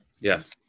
Yes